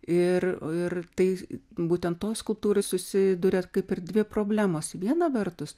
ir ir tai būtent tos skulptūros susiduria kaip ir dvi problemos viena vertus